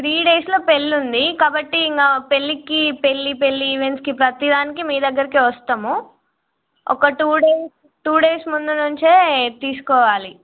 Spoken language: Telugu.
త్రీ డేస్లో పెళ్ళి ఉంది కాబట్టి ఇంక పెళ్ళికి పెళ్ళి పెళ్లి ఈవెంట్స్కి ప్రతిదానికి మీ దగ్గరికి వస్తాము ఒక టూ డేస్ టూ డేస్ ముందు నుంచే తీసుకోవాలి